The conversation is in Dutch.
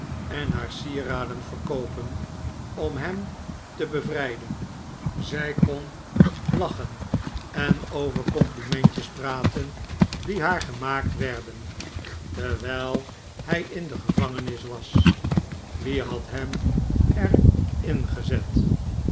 en haar sieraden verkoopen om hem te bevrijden zij kon lachen en over complimentjes praten die haar gemaakt werden terwijl hij in de gevangenis was wie had hem er